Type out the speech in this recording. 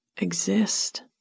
exist